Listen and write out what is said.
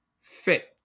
fit